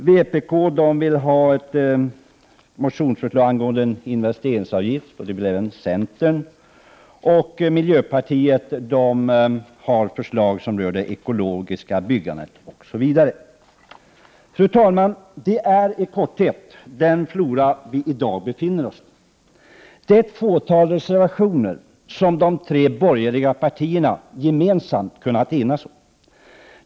Vpk vill genomföra ett motionsförslag om investeringsavgifter genom företag. Det vill även centerpartiet. Miljöpartiet har förslag som rör det ekologiska byggandet. Fru talman! Det är i korthet den flora vi i dag befinner oss i. Det är ett fåtal reservationer som de tre borgerliga partierna gemensamt kunnat enas om.